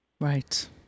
Right